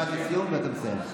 משפט לסיום, ואתה מסיים.